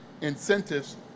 incentives